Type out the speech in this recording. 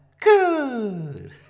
Good